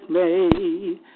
made